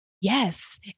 Yes